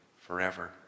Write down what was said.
forever